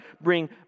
bring